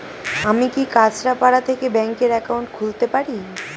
আমি কি কাছরাপাড়া থেকে ব্যাংকের একাউন্ট খুলতে পারি?